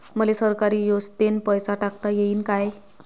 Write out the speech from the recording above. मले सरकारी योजतेन पैसा टाकता येईन काय?